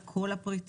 על כל הפריטים,